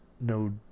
No